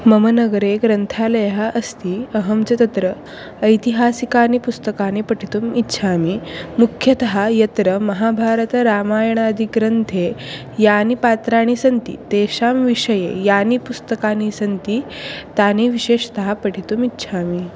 मम नगरे ग्रन्थालयः अस्ति अहं च तत्र ऐतिहासिकानि पुस्तकानि पठितुम् इच्छामि मुख्यतः यत्र महाभारतरामायणादिग्रन्थे यानि पात्राणि सन्ति तेषां विषये यानि पुस्तकानि सन्ति तानि विशेषतः पठितुम् इच्छामि